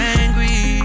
angry